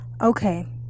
Okay